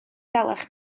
dalach